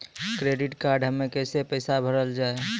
Credit card हम्मे कैसे पैसा भरल जाए?